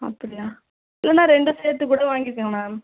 அப்படியா இல்லைன்னா ரெண்டும் சேர்த்துக் கூட வாங்கிக்கோங்க மேம்